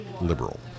liberal